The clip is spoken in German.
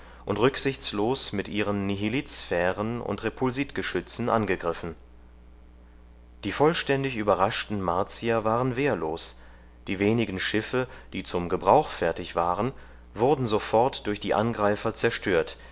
und rücksichtslos mit ihren nihilitsphären und repulsitgeschützen angegriffen die vollständig überraschten martier waren wehrlos die wenigen schiffe die zum gebrauch fertig waren wurden sofort durch die angreifer zerstört